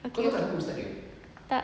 okay tak